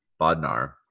Bodnar